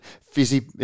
fizzy